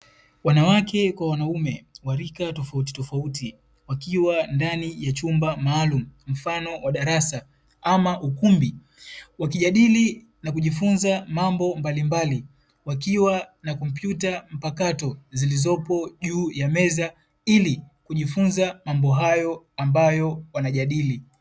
Wanawake kwa wanaume wa rika tofautitofauti wakiwa ndani ya chumba maalumu, mfano wa darasa ama ukumbi. Wakijadili na kujifunza mambo mbalimbali, wakiwa na kompyuta mpakato zilizopo juu ya meza ili kujifunza mambo hayo ambayo wanajadili.